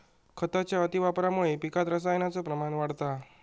खताच्या अतिवापरामुळा पिकात रसायनाचो प्रमाण वाढता